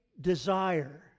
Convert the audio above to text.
desire